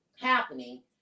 happening